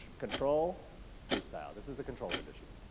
control freestyle, this is the control condition.